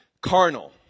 Carnal